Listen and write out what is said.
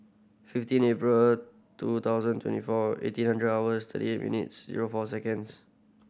fifteen April two thousand twenty four eighteen hundred hours thirty eight minutes zero four seconds